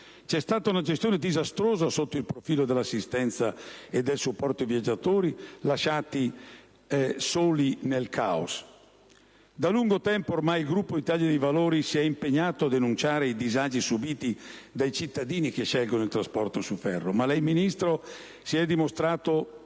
C'è stata una gestione disastrosa sotto il profilo dell'assistenza e del supporto ai viaggiatori, lasciati soli nel caos più totale. Da lungo tempo ormai il Gruppo Italia dei Valori si è impegnato a denunciare i disagi subiti dai cittadini che scelgono il trasporto su ferro. Ma lei, Ministro, si è dimostrato